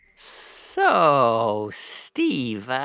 so, steve,